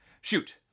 Shoot